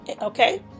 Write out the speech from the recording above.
okay